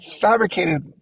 fabricated